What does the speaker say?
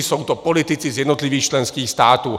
Jsou to politici z jednotlivých členských států.